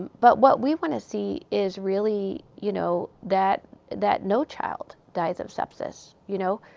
but what we want to see is really you know that that no child dies of sepsis, you know?